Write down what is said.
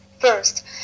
first